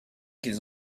qu’ils